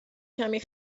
کمی